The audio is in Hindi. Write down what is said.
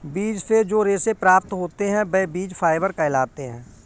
बीज से जो रेशे से प्राप्त होते हैं वह बीज फाइबर कहलाते हैं